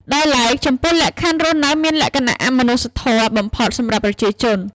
ដោយឡែក ចំពោះលក្ខខណ្ឌរស់នៅមានលក្ខណៈអមនុស្សធម៌បំផុតសម្រាប់ប្រជាជន។